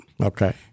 Okay